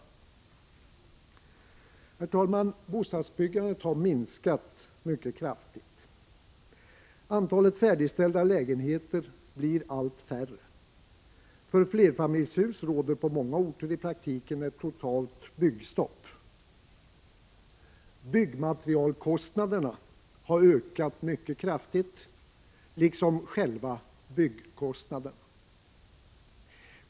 Herr talman! Bostadsbyggandet har minskat kraftigt. Antalet färdigställda lägenheter blir allt färre. För flerfamiljshus råder på många orter i praktiken ett totalt byggstopp. Byggmaterialkostnaderna har ökat mycket kraftigt liksom själva byggkostnaderna.